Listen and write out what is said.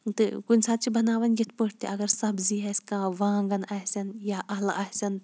تہٕ کُنہِ ساتہٕ چھِ بَناوان یَتھ پٲٹھۍ تہِ اَگَر سَبزی آسہِ کانٛہہ وانٛگَن آسن یا اَلہٕ آسن